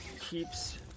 keeps